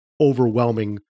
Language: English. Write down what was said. overwhelming